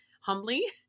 Humbly